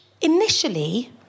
initially